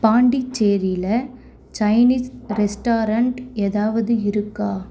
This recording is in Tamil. பாண்டிச்சேரியில் சைனீஸ் ரெஸ்டாரண்ட் ஏதாவது இருக்கா